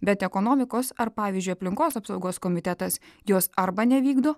bet ekonomikos ar pavyzdžiui aplinkos apsaugos komitetas jos arba nevykdo